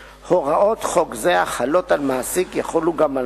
"הוראות חוק זה החלות על מעסיק יחולו גם על